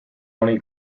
only